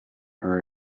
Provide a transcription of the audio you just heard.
her